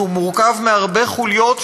שמורכב מהרבה חוליות,